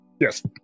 Yes